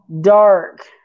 Dark